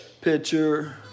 picture